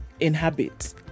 inhabit